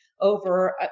Over